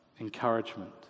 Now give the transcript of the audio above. encouragement